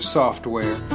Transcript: software